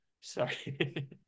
Sorry